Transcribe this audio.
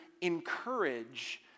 encourage